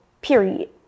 Period